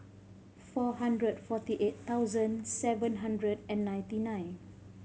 four hundred forty eight thousand seven hundred and ninety nine